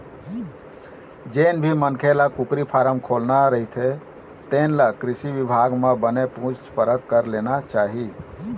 जेन भी मनखे ल कुकरी फारम खोलना रहिथे तेन ल कृषि बिभाग म बने पूछ परख कर लेना चाही